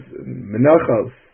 Menachos